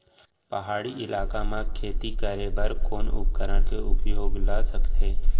पहाड़ी इलाका म खेती करें बर कोन उपकरण के उपयोग ल सकथे?